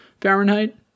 Fahrenheit